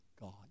God